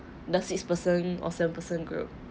the six person all same person group